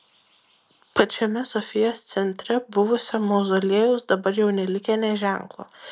pačiame sofijos centre buvusio mauzoliejaus dabar jau nelikę nė ženklo